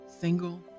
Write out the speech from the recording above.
single